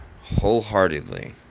wholeheartedly